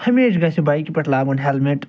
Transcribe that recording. ہمیشہ گژھِ بایکہِ پٮ۪ٹھ لاگُن ہٮ۪لمیٚٹ